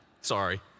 sorry